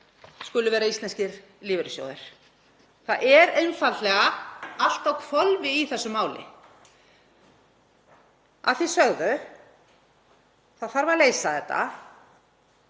skuli vera íslenskir lífeyrissjóðir. Það er einfaldlega allt á hvolfi í þessu máli. Að því sögðu þá þarf að leysa þetta.